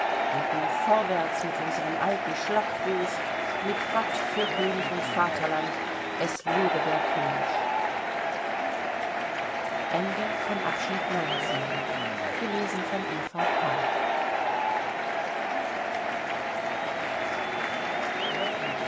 und nun vorwärts mit unserem alten schlachtruf mit gott für könig und vaterland es lebe der könig